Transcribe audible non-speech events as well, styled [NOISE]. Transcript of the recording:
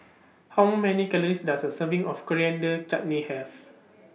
[NOISE] How Many Calories Does A Serving of Coriander Chutney Have [NOISE]